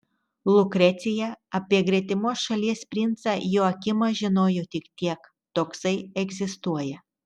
lukrecija apie gretimos šalies princą joakimą žinojo tik tiek toksai egzistuoja